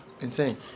insane